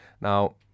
Now